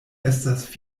estas